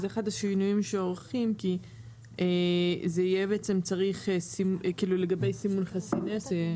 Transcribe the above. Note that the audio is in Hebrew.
זה אחד השינויים שעורכים כי זה יהיה בעצם צריך לגבי סימון חסין אש.